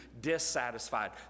dissatisfied